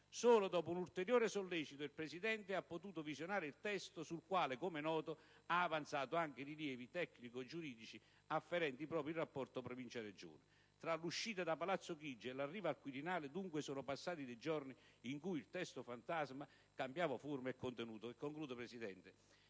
Solo dopo un ulteriore sollecito il Presidente ha potuto visionare il testo sul quale, come è noto, ha avanzato anche rilievi tecnico-giuridici afferenti proprio il rapporto Provincia - Regione. Tra l'uscita da Palazzo Chigi e l'arrivo al Quirinale, dunque, sono passati dei giorni in cui il testo fantasma cambiava forma e contenuto.